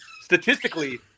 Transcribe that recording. statistically